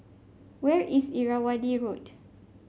where is Irrawaddy Road